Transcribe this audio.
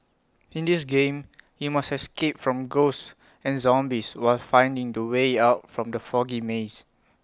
in this game you must escape from ghosts and zombies while finding the way out from the foggy maze